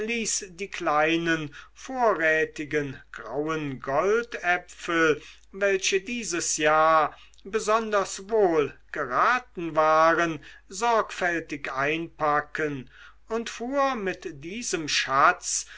die kleinen vorrätigen grauen goldäpfel welche dieses jahr besonders wohl geraten waren sorgfältig einpacken und fuhr mit diesem schatz